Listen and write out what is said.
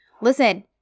listen